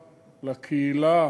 לקהילה,